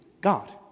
God